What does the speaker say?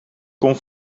kon